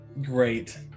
Great